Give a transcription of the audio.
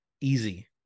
easy